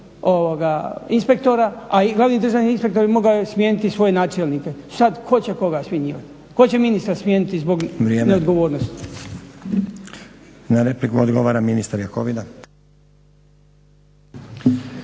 inspektora, a glavni državni inspektor mogao je smijeniti svoje načelnike, a sad tko će koga smjenjivati. Tko će ministra smijeniti zbog neodgovornosti? **Stazić, Nenad (SDP)** Vrijeme.